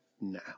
now